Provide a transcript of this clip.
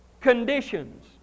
conditions